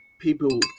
people